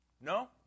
No